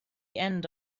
end